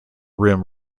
rim